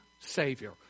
Savior